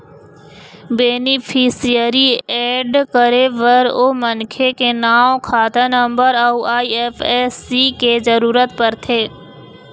beneficiary add करे बर ओ मनखे के नांव, खाता नंबर अउ आई.एफ.एस.सी के जरूरत परथे